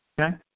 Okay